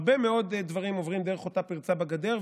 הרבה מאוד דברים עוברים דרך אותה פרצה בגדר,